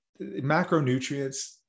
macronutrients